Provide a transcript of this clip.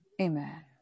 Amen